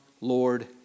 Lord